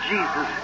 Jesus